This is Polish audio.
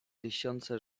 tysiące